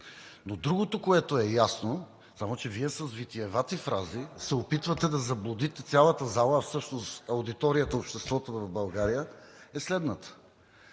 Но другото, което е ясно, само че Вие с витиевати фрази се опитвате да заблудите цялата зала, а всъщност аудиторията, обществото в България, е следната,